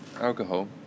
alcohol